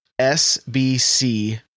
SBC